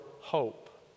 hope